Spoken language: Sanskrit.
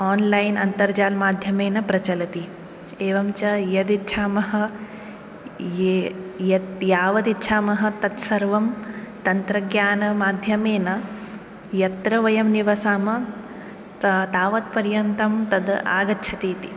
आन्लैन् अन्तर्जालमाध्यमेन प्रचलति एवञ्च यदिच्छामः ये यत् यांवदिच्छामः तद्सर्वं तन्त्रज्ञानमाध्यमेन यत्र वयं निवसाम तावत्पर्यन्तं तद् आगच्छति इति